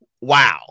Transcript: Wow